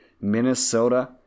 Minnesota